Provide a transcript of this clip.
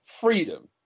freedom